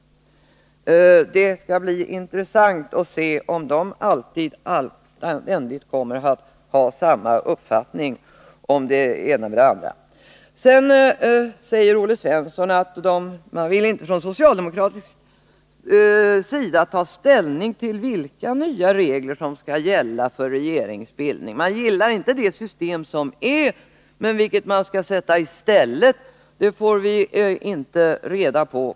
Det skall bli intressant att se om de alltid kommer att ha samma uppfattning om det ena och det andra. Sedan sade Olle Svensson att man från socialdemokratins sida inte vill ta ställning till vilka nya regler som skall gälla för regeringsbildning. Man gillar inte det system som råder, men vilket man skall sätta i stället får vi inte reda på.